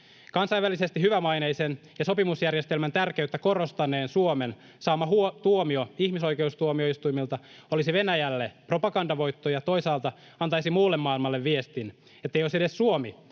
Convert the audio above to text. Kansainvälisesti hyvämaineisen ja sopimusjärjestelmän tärkeyttä korostaneen Suomen saama tuomio ihmisoikeustuomioistuimelta olisi Venäjälle propagandavoitto ja toisaalta antaisi muulle maailmalle viestin, että jos edes Suomi